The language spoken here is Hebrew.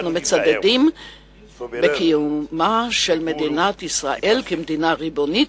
אנחנו מצדדים בקיומה של מדינת ישראל כמדינה ריבונית,